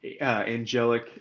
angelic